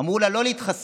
אמרו לה לא להתחסן.